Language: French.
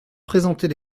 présenter